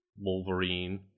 Wolverine